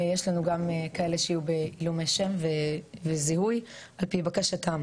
יש לנו גם כאלה שיהיו בעילומי שם וזיהוי על פי בקשתם.